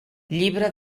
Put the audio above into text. llibre